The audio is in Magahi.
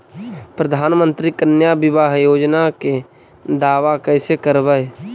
प्रधानमंत्री कन्या बिबाह योजना के दाबा कैसे करबै?